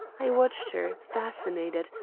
i watched her, fascinated,